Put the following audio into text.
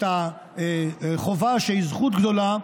את החובה, שהיא זכות גדולה,